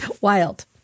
wild